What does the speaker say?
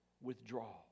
withdraw